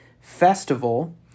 festival